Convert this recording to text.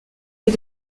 est